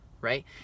right